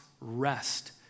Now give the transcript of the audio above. rest